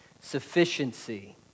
Sufficiency